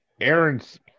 Aaron's